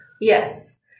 Yes